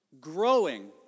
Growing